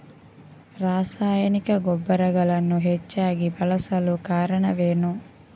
ರಾಸಾಯನಿಕ ಗೊಬ್ಬರಗಳನ್ನು ಹೆಚ್ಚಾಗಿ ಬಳಸಲು ಕಾರಣವೇನು?